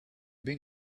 been